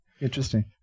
Interesting